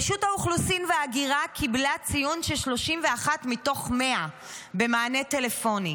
רשות האוכלוסין וההגירה קיבלה ציון של 31 מתוך 100 במענה טלפוני,